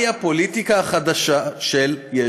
חברת הכנסת פלוסקוב ואני נחליף